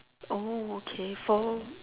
oh okay for